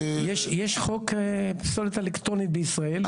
יש חוק פסולת אלקטרונית בישראל.